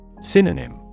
Synonym